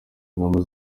ingamba